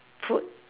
food